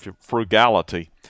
frugality